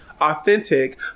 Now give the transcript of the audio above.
authentic